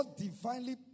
divinely